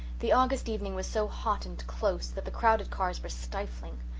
the august evening was so hot and close that the crowded cars were stifling.